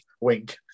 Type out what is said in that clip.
wink